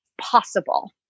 possible